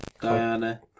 Diana